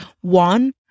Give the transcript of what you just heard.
one